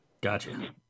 Gotcha